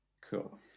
cool